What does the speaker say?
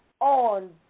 on